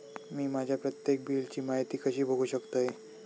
मी माझ्या प्रत्येक बिलची माहिती कशी बघू शकतय?